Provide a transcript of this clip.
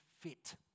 fit